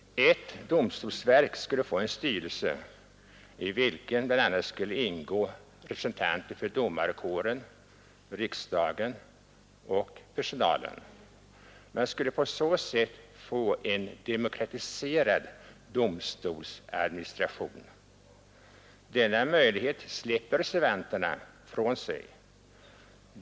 Ett domstolsverk skulle få en styrelse i vilken bl.a. skulle ingå representanter för domarkåren, riksdagen och personalen. Man skulle på så sätt få en demokratiserad domstolsadministration. Denna möjlighet släpper reservanterna ifrån sig.